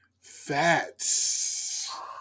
Fats